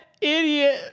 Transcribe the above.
idiot